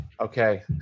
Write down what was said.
Okay